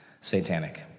satanic